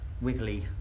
wiggly